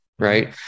right